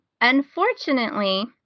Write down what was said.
unfortunately